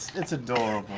it's adorable.